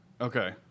Okay